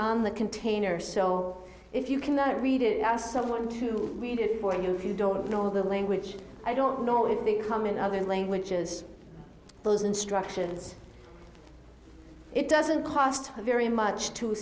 in the container so if you cannot read it and someone to read it for you if you don't know the language i don't know if they come in other languages those instructions it doesn't cost very much to